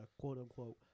quote-unquote